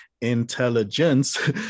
intelligence